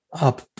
up